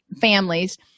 families